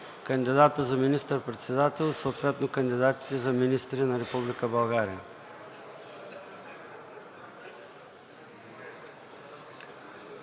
кандидата за министър-председател и кандидатите за министри на Република България.